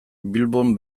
bilbon